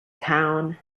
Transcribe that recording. town